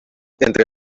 entre